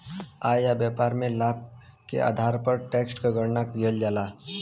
आय या व्यापार में लाभ के आधार पर टैक्स क गणना कइल जाला